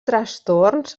trastorns